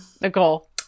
Nicole